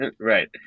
Right